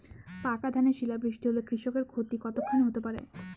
পাকা ধানে শিলা বৃষ্টি হলে কৃষকের ক্ষতি কতখানি হতে পারে?